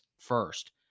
first